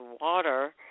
water